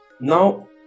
Now